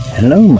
Hello